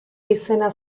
izena